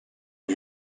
and